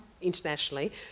internationally